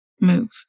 move